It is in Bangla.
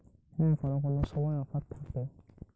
অনলাইনে কীটনাশকে কি অফার আছে?